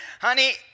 honey